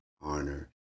honor